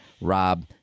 Rob